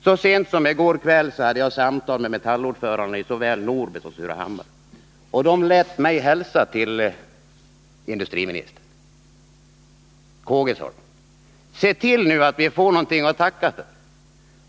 Så sent som i går kväll hade jag samtal med metallordförandena i såväl Norberg som Surahammar, och de lät genom mig hälsa till industriministern: ”Se till att vi får något att tacka för.